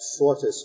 shortest